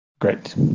Great